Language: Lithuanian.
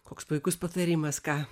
koks puikus patarimas ką